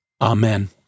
Amen